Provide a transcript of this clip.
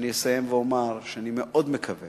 אני אסיים ואומר שאני מאוד מקווה